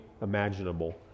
imaginable